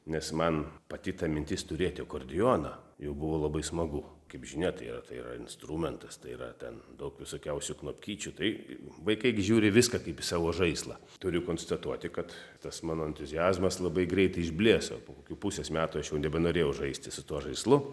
nes man pati ta mintis turėti okordioną jau buvo labai smagu kaip žinia tai yra tai yra instrumentas tai yra ten daug visokiausių knopkyčių tai vaikai gi žiūri viską kaip į savo žaislą turiu konstatuoti kad tas mano entuziazmas labai greitai išblėso po kokių pusės metų aš jau nebenorėjau žaisti su tuo žaislu